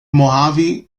mojave